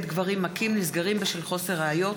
מהתיקים נגד גברים מכים נסגרים בשל חוסר ראיות.